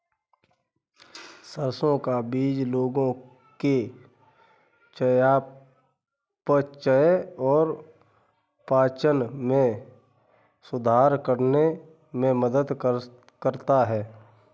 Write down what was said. सरसों का बीज लोगों के चयापचय और पाचन में सुधार करने में मदद करता है